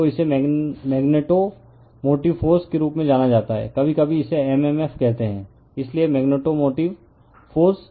तो इसे मैग्नेटोमोटिवफोर्स के रूप में जाना जाता है कभी कभी इसे mmf कहते हैं इसलिए मैग्नेटोमोटिव फोर्स